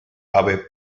abe